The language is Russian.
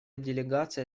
делегация